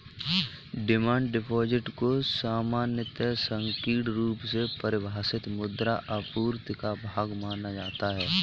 demand deposit को सामान्यतः संकीर्ण रुप से परिभाषित मुद्रा आपूर्ति का भाग माना जाता है